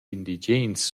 indigens